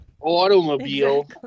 Automobile